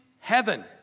heaven